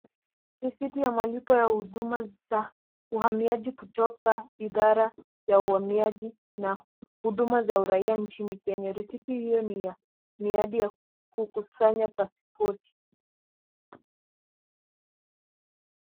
Risiti ya malipo ya huduma za uhamiaji kutoka idara ya uhamiaji na huduma za uraia nchini Kenya. Risiti hiyo ni ya miadi ya kukusanya paspoti.